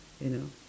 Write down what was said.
you know